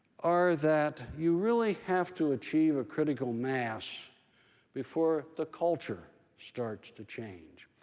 are that you really have to achieve a critical mass before the culture starts to change.